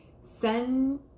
send